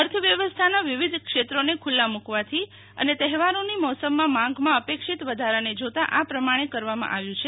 અર્થવ્યવસ્થાના વિવિધ ક્ષેત્રોને ખૂલ્લા મૂકવાથી અને તહેવારોની મોસમમાં માંગમાં અપેક્ષિત વધારાને જોતાં આ પ્રમાણે કરવામાં આવ્યું છે